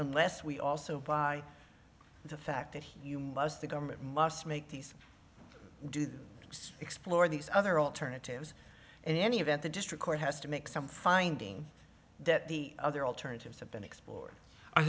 unless we also by the fact that he was the government must make these do is explore these other alternatives in any event the district court has to make some finding that the other alternatives have been explored i